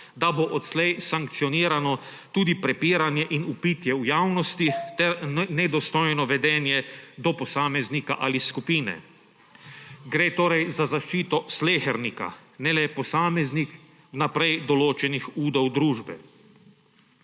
da bo odslej sankcionirano tudi prepiranje in vpitje v javnosti ter nedostojno vedenje do posameznika ali skupine. Gre torej za zaščito slehernika, ne le posameznih vnaprej določenih udov družbe.